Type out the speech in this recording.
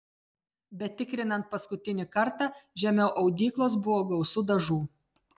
bet tikrinant paskutinį kartą žemiau audyklos buvo gausu dažų